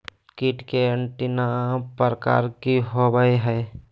कीट के एंटीना प्रकार कि होवय हैय?